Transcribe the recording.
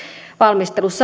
valmistelussa